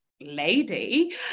lady